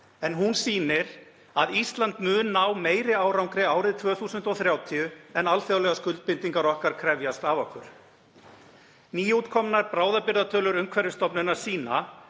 en hún sýnir að Ísland mun ná meiri árangri árið 2030 en alþjóðlegar skuldbindingar okkar krefjast af okkur. Nýútkomnar bráðabirgðatölur Umhverfisstofnunar sýna